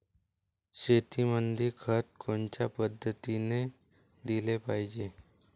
शेतीमंदी खत कोनच्या पद्धतीने देलं पाहिजे?